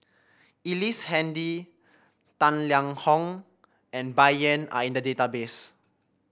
Ellice Handy Tang Liang Hong and Bai Yan are in the database